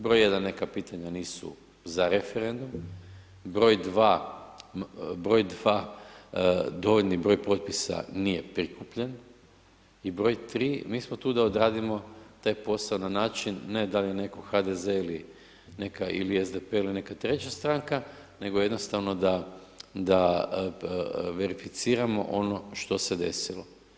Broj jedan, neka pitanja nisu za referendum, broj dva, broj dva dovoljni broj potpisa nije prikupljen i broj tri mi smo tu da odradimo taj posao na način ne da li je netko HDZ ili neka ili SDP ili neka treća stranka, nego jednostavno da, da verificiramo ono što se desilo.